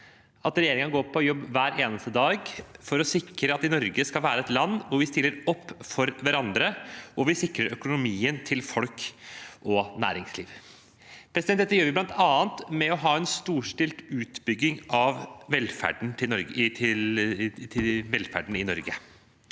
at regjeringen går på jobb hver eneste dag for å sikre at Norge skal være et land hvor vi stiller opp for hverandre, og hvor vi sikrer økonomien til folk og næringsliv. Dette gjør vi bl.a. med å ha en storstilt utbygging av velferden i Norge.